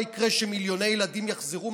מה יקרה כשמיליוני ילדים יחזרו,